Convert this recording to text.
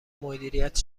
مدیریت